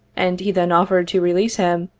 and he then offered to release him,